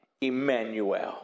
Emmanuel